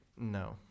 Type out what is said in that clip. No